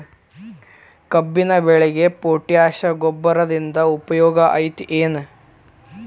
ಕಬ್ಬಿನ ಬೆಳೆಗೆ ಪೋಟ್ಯಾಶ ಗೊಬ್ಬರದಿಂದ ಉಪಯೋಗ ಐತಿ ಏನ್?